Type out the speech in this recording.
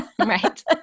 Right